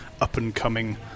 up-and-coming